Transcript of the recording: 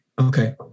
okay